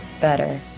better